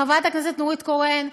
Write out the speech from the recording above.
חברת הכנסת נורית קורן,